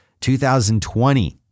2020